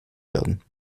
werden